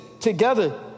together